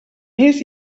mes